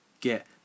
get